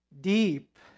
deep